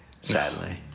sadly